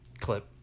clip